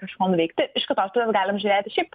kažko nuveikti iš kitos pusės galim žiūrėti šiaip